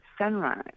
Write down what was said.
sunrise